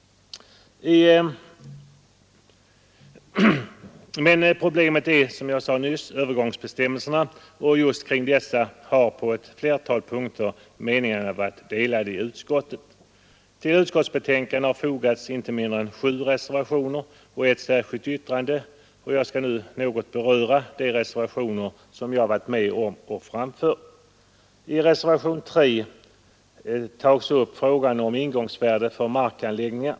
Men som jag nyss sade är problemet övergångsbestämmelserna, och just kring dessa har på ett flertal punkter meningarna varit delade i utskottet. Till utskottsbetänkandet har fogats inte mindre än sju reservationer och ett särskilt yttrande, och jag skall nu något beröra de reservationer som jag varit med om att framföra. Reservationen 3 tar upp frågan om ingångsvärde för markanläggningar.